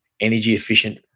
energy-efficient